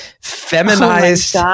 feminized